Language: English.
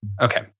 Okay